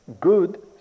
good